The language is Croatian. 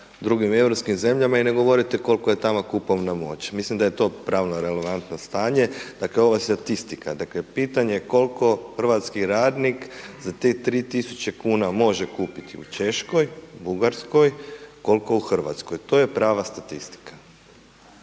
drugim europskim zemljama i ne govorite kolika je tamo kupovna moć, mislim da je to pravno relevantno stanje. Dakle, ova statistika, dakle, pitanje koliko hrvatski radnih za tih 3000 kn, može kupiti u Češkoj, Bugarskoj, koliko u Hrvatskoj, to je prava statistika.